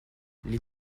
les